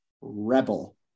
Rebel